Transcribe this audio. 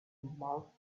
marked